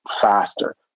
faster